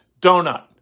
donut